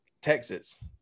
Texas